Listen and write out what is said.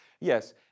Yes